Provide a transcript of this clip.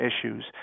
issues